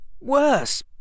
worse